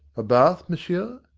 a bath, monsieur?